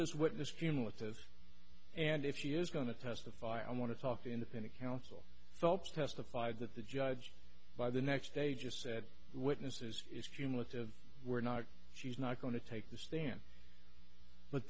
this witness cumulative and if she is going to testify i want to talk to independent counsel phelps testified that the judge by the next day just said witnesses is cumulative we're not she's not going to take the stand but